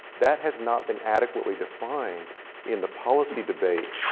that has not been adequately defined in the policy debate